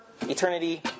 Eternity